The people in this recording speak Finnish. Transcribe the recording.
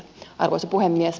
arvoisa puhemies